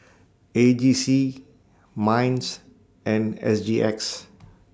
A G C Minds and S G X